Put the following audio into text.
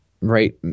right